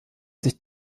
sich